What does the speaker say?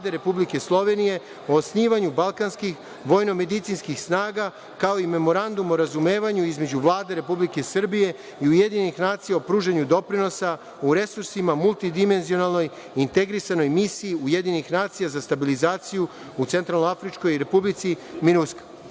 Republike Slovenije o osnivanju Balkanskih vojnomedicinskih snaga, kao i Memorandum o razumevanju između Vlade Republike Srbije i UN o pružanju doprinosa u resursima multidimenziolanoj integrisanoj misiji UN za stabilizaciju u Centralnoafričkoj Republici